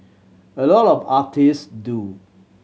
a lot of artist do